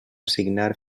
signar